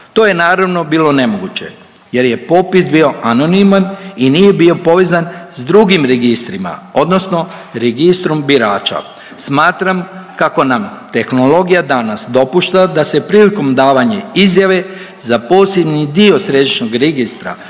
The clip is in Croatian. To je naravno bilo nemoguće jer je popis bio anoniman i nije bio povezan s drugim registrima odnosno Registrom birača. Smatram kako nam tehnologija danas dopušta da se prilikom davanja izjave za posljednji dio središnjeg registra